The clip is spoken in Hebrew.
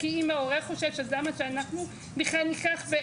כי אם ההורה חושש אז למה שאנחנו בכלל ניקח.